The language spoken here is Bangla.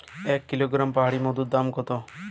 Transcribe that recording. এক কিলোগ্রাম পাহাড়ী মধুর দাম কত?